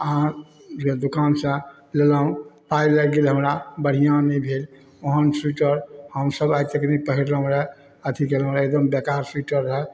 अहाँ जे दोकान सँ लेलहुॅं पाइ लागि गेल हमरा बढ़िऑं नहि भेल ओहन स्वीटर हमसब आइतक नहि पहिरलहुॅं रए अथी केलहुॅं एकदम बेकार स्वीटर रहए